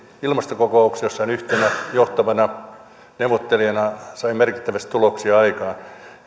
ilmastokokouksessa yhtenä johtavana neuvottelijana se sai merkittävästi tuloksia aikaan